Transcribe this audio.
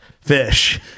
fish